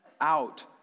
out